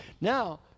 Now